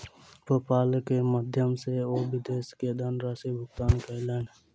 PayPal के माध्यम सॅ ओ विदेश मे धनराशि भुगतान कयलैन